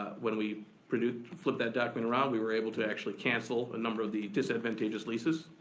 when we flipped that document around, we were able to actually cancel a number of the disadvantageous leases,